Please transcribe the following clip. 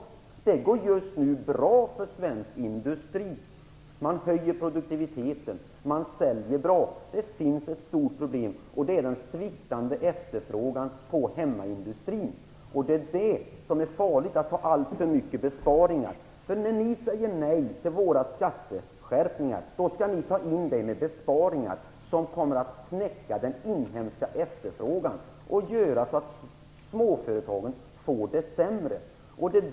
Just nu går det bra för den svenska industrin. Produktiviteten höjs, och man säljer bra. Det finns ett stort problem, och det är den sviktande efterfrågan på hemmamarknaden. Därför är det farligt att göra alltför stora besparingar. Ni säger nej till våra skatteskärpningar. Ni skall ta in dessa pengar med besparingar som kommer att knäcka den inhemska efterfrågan. Det gör att småföretagen får det sämre.